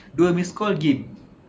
dua missed call game